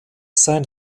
sein